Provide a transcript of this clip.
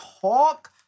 talk